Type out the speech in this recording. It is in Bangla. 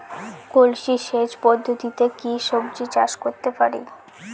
কলসি সেচ পদ্ধতিতে কি সবজি চাষ করতে পারব?